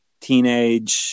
teenage